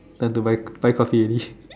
time to buy buy Coffee already